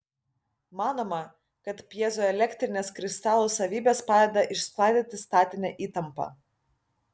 manoma kad pjezoelektrinės kristalų savybės padeda išsklaidyti statinę įtampą